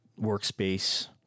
workspace